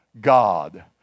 God